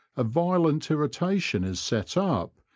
a violent irritation is set up,